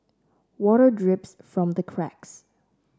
water drips from the cracks